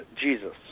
Jesus